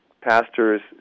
pastors